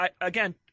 again